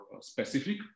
specific